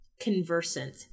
conversant